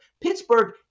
Pittsburgh